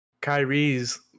Kyrie's